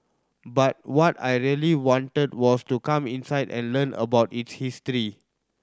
but what I really wanted was to come inside and learn about its history